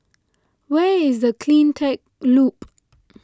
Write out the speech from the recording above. where is the CleanTech Loop